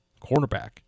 cornerback